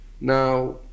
Now